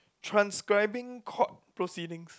transcribing court proceedings